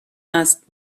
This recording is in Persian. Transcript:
است